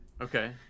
Okay